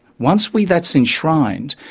once we. that's enshrined,